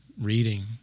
reading